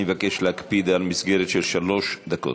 אני מבקש להקפיד על מסגרת זמן של שלוש דקות.